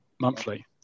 monthly